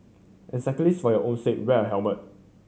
and cyclist for your own sake wear a helmet